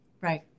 Right